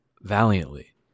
valiantly